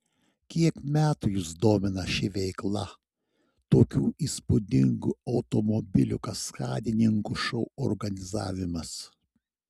kiek metų jus domina ši veikla tokių įspūdingų automobilių kaskadininkų šou organizavimas